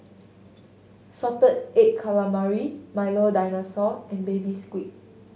salted egg calamari Milo Dinosaur and Baby Squid